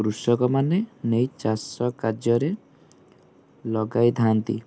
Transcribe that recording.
କୃଷକମାନେ ନେଇ ଚାଷ କାର୍ଯ୍ୟରେ ଲଗାଇଥାନ୍ତି